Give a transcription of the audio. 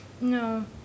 No